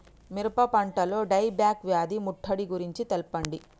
మిరప పంటలో die back వ్యాధి ముట్టడి గురించి తెల్పండి?